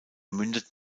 mündet